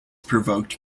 provoked